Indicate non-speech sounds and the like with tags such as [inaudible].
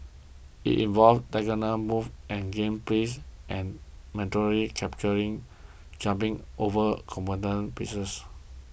it involves diagonal moves of game pieces and mandatory [unintelligible] by jumping over opponent pieces